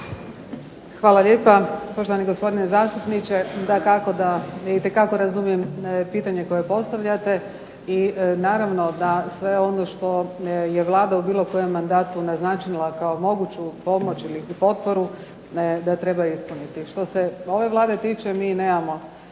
Hvala lijepo. Poštovani gospodine zastupniče, dakako da itekako razumijem pitanje koje postavljate. I naravno da sve ono što je Vlada u bilo kojem mandatu naznačila kao moguću pomoć ili potporu, da treba ispuniti. Što se ove Vlade tiče mi nemamo